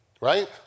Right